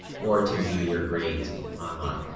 or to view your grades online,